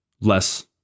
less